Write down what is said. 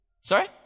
Sorry